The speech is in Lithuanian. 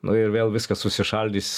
nu ir vėl viskas užsišaldys